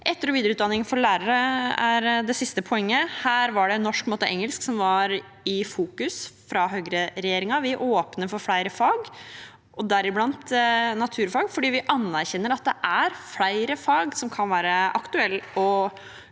Etter- og videreutdanning for lærere er det siste poenget: Norsk, matte og engelsk var i fokus fra høyreregjeringens side. Vi åpner for flere fag, deriblant naturfag, fordi vi anerkjenner at det er flere fag som kan være aktuelle